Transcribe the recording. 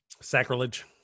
Sacrilege